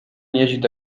يجد